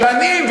שנים.